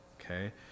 okay